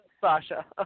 Sasha